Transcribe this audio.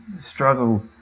struggle